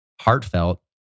heartfelt